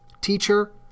teacher